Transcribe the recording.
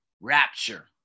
rapture